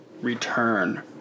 return